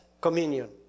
communion